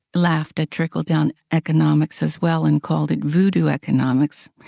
laughed at trickle-down economics as well and called it voodoo economics.